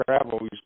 travel